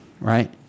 right